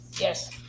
Yes